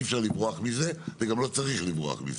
אי אפשר לברוח מזה וגם לא צריך לברוח מזה.